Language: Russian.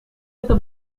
эта